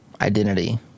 identity